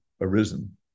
arisen